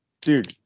Dude